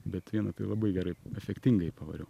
bet vieną tai labai gerai efektingai pavariau